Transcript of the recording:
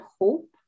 hope